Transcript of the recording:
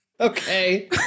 Okay